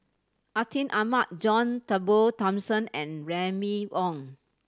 Atin Amat John Turnbull Thomson and Remy Ong